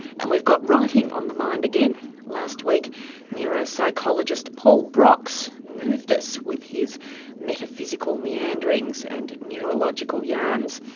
and we've got writing on the mind again last week neuropsychologist paul broks moved us with his metaphysical meanderings and neurological yarns.